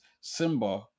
Simba